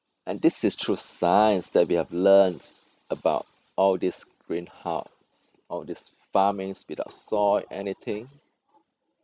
and this is through science that we have learnt about all this greenhouse all these farmings without soil anything